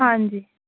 ਹਾਂਜੀ